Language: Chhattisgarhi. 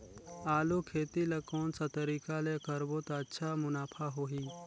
आलू खेती ला कोन सा तरीका ले करबो त अच्छा मुनाफा होही?